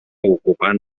ocupant